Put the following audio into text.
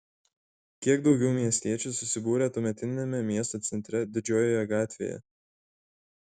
kiek daugiau miestiečių susibūrė tuometiniame miesto centre didžiojoje gatvėje